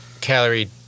Calorie